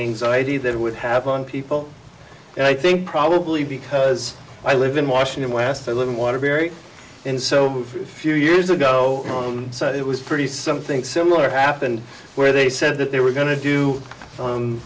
anxiety that it would have on people and i think probably because i live in washington last i live in waterbury and so few years ago so it was pretty something similar happened where they said that they were going to do